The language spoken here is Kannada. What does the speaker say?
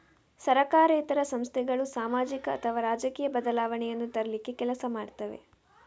ಸರಕಾರೇತರ ಸಂಸ್ಥೆಗಳು ಸಾಮಾಜಿಕ ಅಥವಾ ರಾಜಕೀಯ ಬದಲಾವಣೆಯನ್ನ ತರ್ಲಿಕ್ಕೆ ಕೆಲಸ ಮಾಡ್ತವೆ